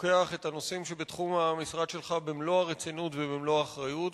לוקח את הנושאים שבתחום המשרד שלך במלוא הרצינות ובמלוא האחריות.